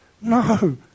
No